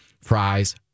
fries